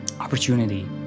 opportunity